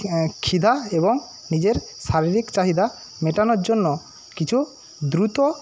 খিদে এবং নিজের শারীরিক চাহিদা মেটানোর জন্য কিছু দ্রুত